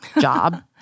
job